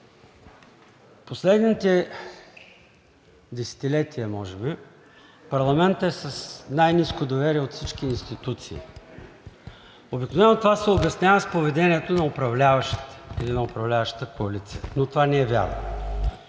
Последните десетилетия може би парламентът е с най-ниско доверие от всички институции. Обикновено това се обяснява с поведението на управляващите или на управляващата коалиция, но това не е вярно.